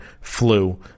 flu